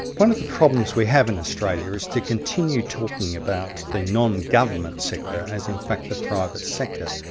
one of the problems we have in australia is to continue talking about the non-government sector, as in fact the private sector,